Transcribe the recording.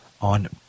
on